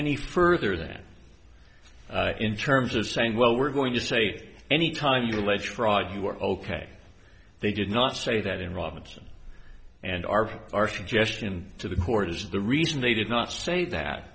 any further than in terms of saying well we're going to say any time you allege fraud you are ok they did not say that in robinson and argued our suggestion to the court is the reason they did not say that